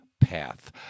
path